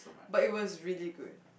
but it was really good